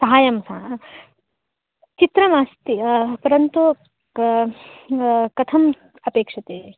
सहायं वा चित्रमस्ति परन्तु कथम् अपेक्ष्यते